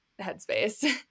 headspace